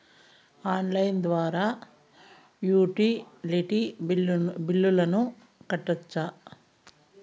Online ద్వారా utility బిల్లులను కట్టొచ్చా?